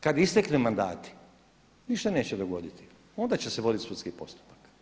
Kad isteknu mandati ništa se neće dogoditi, onda će se voditi sudski postupak.